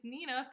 Nina